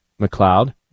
McLeod